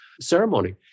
ceremony